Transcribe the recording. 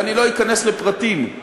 ואני לא אכנס לפרטים,